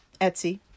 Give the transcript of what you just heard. Etsy